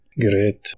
great